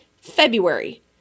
February